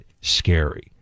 scary